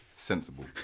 Sensible